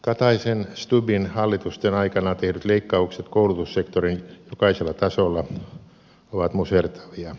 kataisen stubbin hallitusten aikana tehdyt leikkaukset koulutussektoriin jokaisella tasolla ovat musertavia